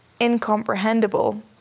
incomprehensible